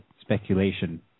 speculation